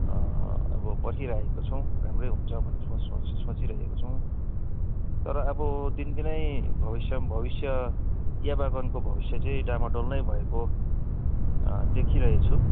अब पर्खिरहेको छौँ राम्रै हुन्छ भन्ने सोच सोची सोचिरहेको छौँ तर अब दिनदिनै भविष्यम भविष्य चिया बगानको भविष्य चाहिँ डामाडोल नै भएको देखिरहेछु